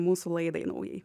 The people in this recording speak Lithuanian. mūsų laidai naujai